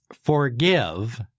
forgive